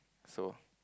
so